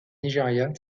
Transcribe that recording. nigeria